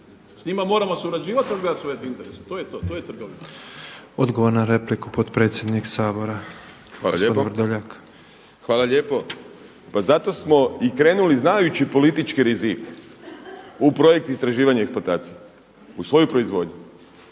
S njima moramo surađivati radi svojeg interesa, to je to. To je trgovina. **Petrov, Božo (MOST)** Odgovor na repliku, potpredsjednik Sabora Ivan Vrdoljak.petrov **Vrdoljak, Ivan (HNS)** Hvala lijepo. Pa zato smo i krenuli znajući politički rizik u projekt istraživanja i eksploatacije, u svoju proizvodnju